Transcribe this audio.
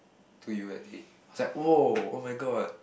to you at it I was like !woah! my god